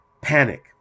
panic